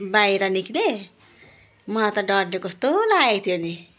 बाहिर निस्किएँ मलाई त डरले कस्तो लागेको थियो नि